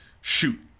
shoot